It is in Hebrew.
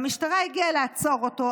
המשטרה הגיעה לעצור אותו.